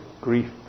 grief